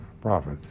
profit